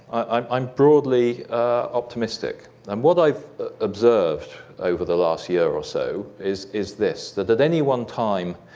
i'm i'm broadly optimistic. um what i've observed over the last year or so is is this, that at any one time,